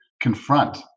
confront